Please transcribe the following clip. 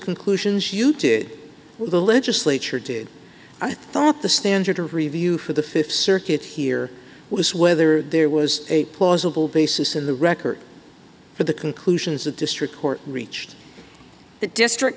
conclusions you to the legislature did i thought the standard to review for the th circuit here was whether there was a plausible basis in the record for the conclusions the district court reached the district